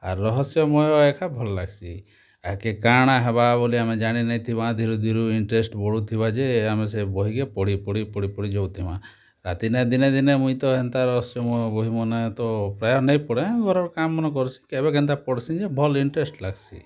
ଆର୍ ରହସ୍ୟମୟ ଏକା ଭଲ୍ ଲାଗ୍ସି ଆଗ୍କେ କା'ଣା ହେବା ବଲି ଆମେ ଜାଣି ନେଇ ଥିମା ଧିରୁ ଧିରୁ ଇଣ୍ଟରେଷ୍ଟ୍ ବଢ଼ୁଥିବା ଯେ ଆମେ ସେ ବହିକେ ପଢ଼ି ପଢ଼ି ପଢ଼ି ପଢ଼ି ଯାଉଁଥିମା ରାତିରେ ଦିନେ ଦିନେ ମୁଇଁ ତ ଏନ୍ତା ରହସ୍ୟମୟ ବହିମାନେ ତ ପ୍ରାୟ ନାଇ ପଢ଼େ ଘର୍ର କାମ୍ ମାନ କର୍ସି କେଭେ କେନ୍ତା ପଢ଼୍ସି ଯେ ଭଲ୍ ଇଣ୍ଟରେଷ୍ଟ୍ ଲାଗ୍ସି